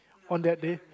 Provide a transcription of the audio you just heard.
on that day